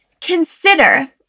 consider